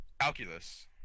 Calculus